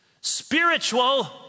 Spiritual